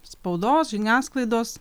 spaudos žiniasklaidos